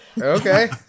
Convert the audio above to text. Okay